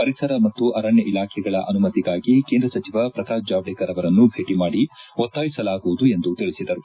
ಪರಿಸರ ಮತ್ತು ಅರಣ್ಣ ಇಲಾಖೆಗಳ ಅನುಮತಿಗಾಗಿ ಕೇಂದ್ರ ಸಚಿವ ಪ್ರಕಾಶ್ ಜಾವಡೇಕರ್ ಅವರನ್ನು ಭೇಟಿ ಮಾಡಿ ಒತ್ತಾಯಿಸಲಾಗುವುದು ಎಂದು ತಿಳಿಸಿದರು